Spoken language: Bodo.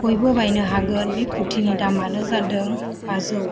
बयबो बायनो हागोन बे खुरथिनि दामानो जादों बाजौ